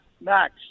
Max